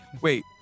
Wait